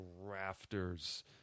rafters